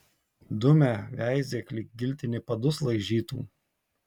dumia veizėk lyg giltinė padus laižytų